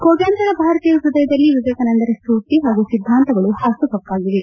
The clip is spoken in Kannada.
ಕೋಟ್ಲಂತರ ಭಾರತೀಯರ ಹ್ವದಯದಲ್ಲಿ ವಿವೇಕಾನಂದರ ಸ್ವೂರ್ತಿ ಹಾಗೂ ಸಿದ್ದಾಂತಗಳು ಹಾಸುಹೊಕ್ನಾಗಿವೆ